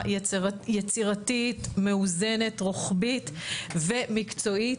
חשיבה יצירתית, מאוזנת, רוחבית ומקצועית.